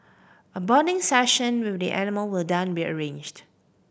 a bonding session with the animal will down be arranged